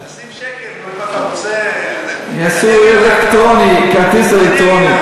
תשים שקל, נשים כרטיס אלקטרוני.